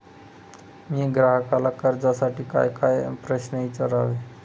मी ग्राहकाला कर्जासाठी कायकाय प्रश्न विचारावे?